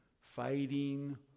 fighting